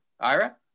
Ira